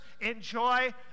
enjoy